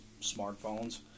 smartphones